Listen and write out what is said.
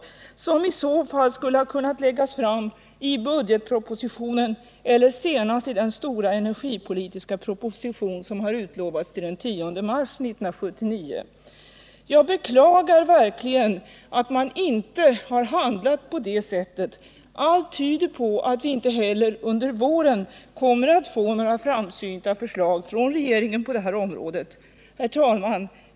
De skulle i så fall ha kunnat läggas fram i budgetpropositionen eller senast i den stora energipolitiska proposition som har utlovats till den 10 mars 1979. Jag beklagar verkligen att man inte har handlat på det sättet. Allt tyder på att vi inte heller under våren kommer att få några framsynta förslag från regeringen på det här området. Herr talman!